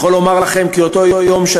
אני יכול לומר שאותו היום,